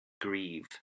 grieve